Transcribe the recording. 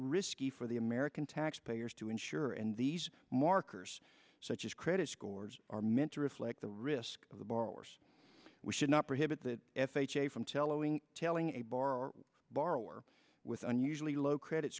risky for the american taxpayers to insure and these markers such as credit scores are meant to reflect the risk of the borrowers we should not prohibit the f h a from tel owing telling a bar or borrower with unusually low credit